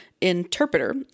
interpreter